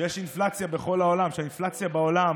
שיש אינפלציה בכל העולם, שהאינפלציה בעולם,